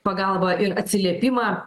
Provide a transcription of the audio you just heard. pagalbą ir atsiliepimą